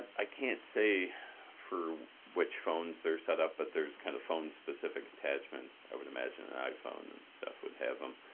i can't say for which phones are set up, but there's kind of phone specific attachments. i would imagine an iphone and would have them.